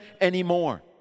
anymore